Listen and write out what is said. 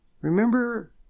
Remember